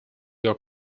your